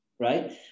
right